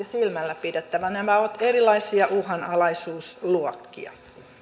silmällä pidettävä nämä ovat erilaisia uhanalaisuusluokkia